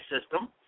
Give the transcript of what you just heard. system